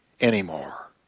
anymore